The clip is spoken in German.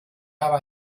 habe